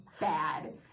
bad